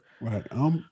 Right